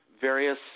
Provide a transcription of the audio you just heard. various